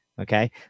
Okay